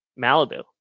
Malibu